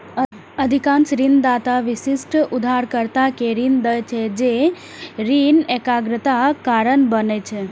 अधिकांश ऋणदाता विशिष्ट उधारकर्ता कें ऋण दै छै, जे ऋण एकाग्रताक कारण बनै छै